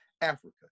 Africa